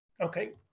Okay